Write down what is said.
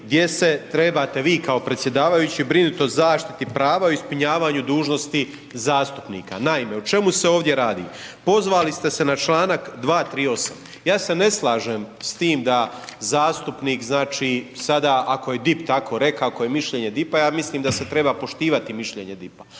gdje se trebate vi kao predsjedavajući brinuti o zaštiti prava i ispunjavanju dužnosti zastupnika. Naime, o čemu se ovdje radi? Pozvali ste se na članak 238. Ja se ne slažem s tim, da zastupnik sada, ako je DIP tako rekao, ako je mišljenje DIP-a ja mislim da se treba poštivati mišljenje DIP-a,